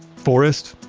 forest,